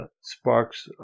sparks